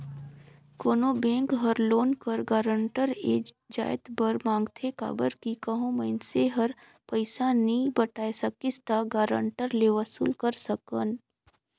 कोनो बेंक हर लोन कर गारंटर ए जाएत बर मांगथे काबर कि कहों मइनसे हर पइसा नी पटाए सकिस ता गारंटर ले वसूल कर सकन